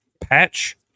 patch